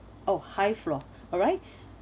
oh high floor alright